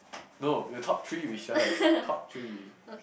no your top three wishes top three